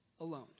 alone